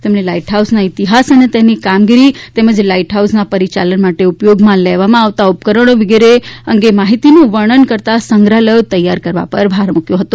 તેમણે લાઇટહાઉસના ઇતિહાસ અને તેની કામગીરી તેમજ લાઇટહાઉસના પરિયાલન માટે ઉપયોગમાં લેવામાં આવતા ઉપકરણો વગેરે અંગે માહિતીનું વર્ણન કરતા સંગ્રહાલયો તૈયાર કરવા પર ભાર મૂક્યો હતો